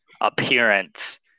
appearance